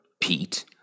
Pete